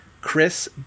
Chris